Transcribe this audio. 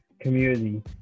community